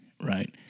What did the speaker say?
right